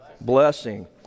blessing